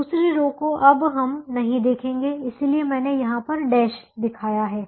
दूसरी रो को अब हम नहीं देखेंगे इसीलिए मैंने यहां पर डेश दिखाया है